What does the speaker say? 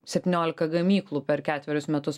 septyniolika gamyklų per ketverius metus